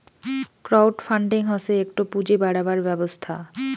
crowd funding হসে একটো পুঁজি বাড়াবার ব্যবস্থা